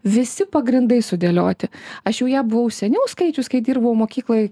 visi pagrindai sudėlioti aš jau ją buvau seniau skaičius kai dirbau mokykloj